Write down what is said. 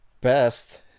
Best